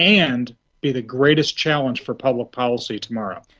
and be the greatest challenge for public policy tomorrow.